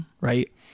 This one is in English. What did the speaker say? right